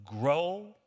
grow